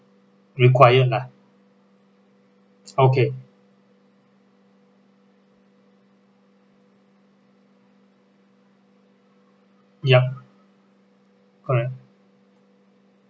required lah okay yup correct